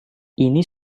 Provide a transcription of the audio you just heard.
ini